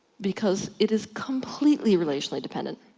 because it is completely relationally dependent.